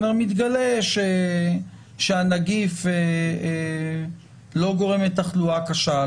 מתגלה שהנגיף לא גורם לתחלואה קשה,